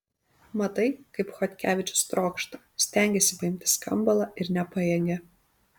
matai kaip chodkevičius trokšta stengiasi paimti skambalą ir nepajėgia